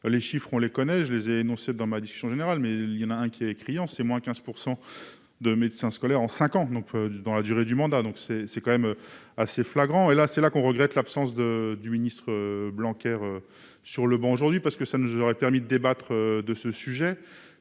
les chiffres, on les connais, je les ai énoncées dans ma discussion générale mais il y en a un qui est écrit en c'est moins 15 % de médecins scolaires en 5 ans, on peut dans la durée du mandat donc c'est c'est quand même assez flagrant et là, c'est là qu'on regrette l'absence de du ministre Blanquer sur le banc aujourd'hui parce que ça nous aurait permis de débattre de ce sujet